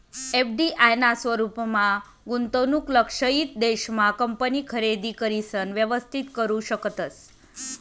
FDI ना स्वरूपमा गुंतवणूक लक्षयित देश मा कंपनी खरेदी करिसन व्यवस्थित करू शकतस